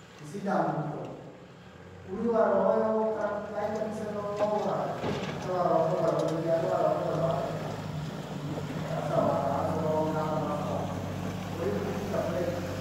Isida nguru tuku, uliwala woyo kalabi kai- kabisa nowowulai, ata uwala wakobola kuno jia- aliwala wakobola wacheka, wasawala wasowankata nosowaye. ukuli ukikuta.